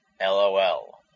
LOL